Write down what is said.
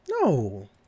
no